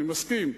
אני מסכים,